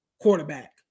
quarterback